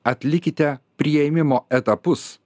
atlikite priėmimo etapus